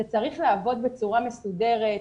זה צריך לעבוד בצורה מסודרת,